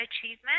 achievement